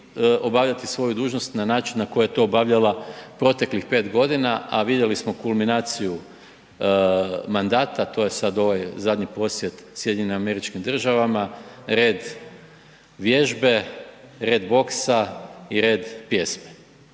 obavljati svoju dužnost na način na koji je to obavljala proteklih 5 godina, a vidjeli smo kulminaciju mandata, to je sad ovaj zadnjih posjet SAD-u, red vježbe, red boksa i red pjesme.